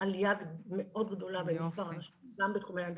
עלייה מאוד גדולה במספר וגם בתחומי ההנדסה.